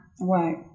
Right